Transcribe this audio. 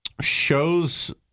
shows